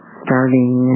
starting